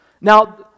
Now